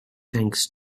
thanks